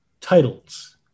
titles